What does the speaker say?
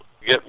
get